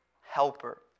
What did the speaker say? helper